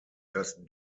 das